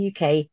UK